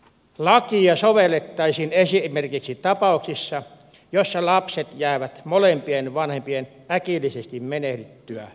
lakia sovellettaisiin esimerkiksi tapauksissa joissa lapset jäävät molempien vanhempien äkillisesti menehdyttyä orvoiksi